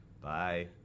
Bye